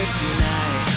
tonight